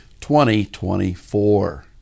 2024